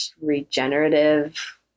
regenerative